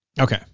Okay